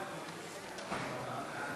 אדוני.